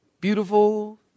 Beautiful